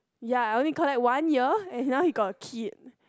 ya I only called that one year and now he got a kid